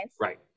Right